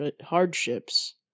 hardships